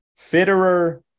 Fitterer